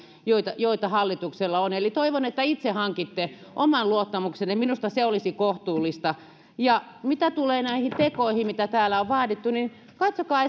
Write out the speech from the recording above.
joita joita hallituksella on eli toivon että itse hankitte oman luottamuksenne minusta se olisi kohtuullista ja mitä tulee näihin tekoihin mitä täällä on vaadittu niin katsokaa